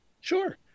sure